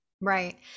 Right